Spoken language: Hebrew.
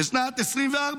בשנת 2024,